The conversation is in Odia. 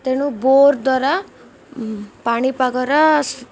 ତେଣୁ ବୋର ଦ୍ୱାରା ପାଣିପାଗର